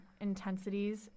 intensities